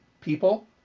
people